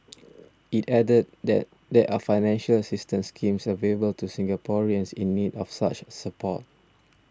it added that there are financial assistance schemes available to Singaporeans in need of such support